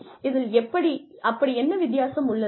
இதில் அப்படி என்ன வித்தியாசம் உள்ளது